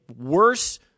worse